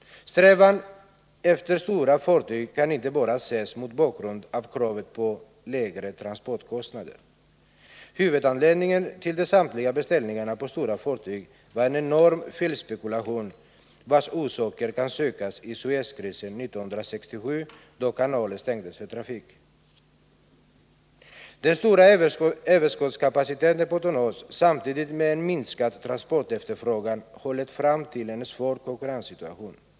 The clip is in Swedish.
Strävan efter stora fartyg kan inte bara ses mot bakgrund av kravet på lägre transportkostnader. Huvudanledningen till de samtidiga beställningarna på stora fartyg var en enorm felspekulation vars orsaker kan sökas i Suezkrisen 1967, då kanalen stängdes för trafik. Den stora överskottskapaciteten på tonnage samtidigt med en minskad transportefterfrågan har lett fram till en svår konkurrenssituation.